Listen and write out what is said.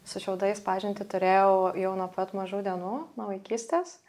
su šiaudais pažintį turėjau jau nuo pat mažų dienų nuo vaikystės